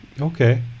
Okay